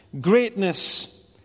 Greatness